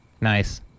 Nice